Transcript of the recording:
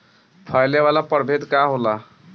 फैले वाला प्रभेद का होला?